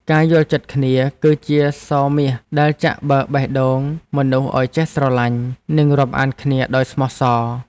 ការយល់ចិត្តគ្នា គឺជាសោរមាសដែលចាក់បើកបេះដូងមនុស្សឱ្យចេះស្រឡាញ់ និងរាប់អានគ្នាដោយស្មោះសរ។